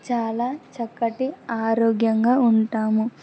చాలా చక్కటి ఆరోగ్యంగా ఉంటాము